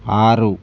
ఆరు